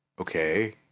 Okay